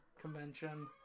Convention